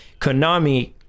Konami